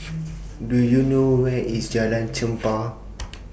Do YOU know Where IS Jalan Chempah